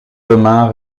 demain